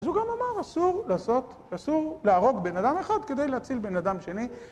אז הוא גם אמר, אסור לעשות, אסור להרוג בן אדם אחד כדי להציל בן אדם שני